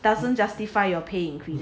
doesn't justify your pay increase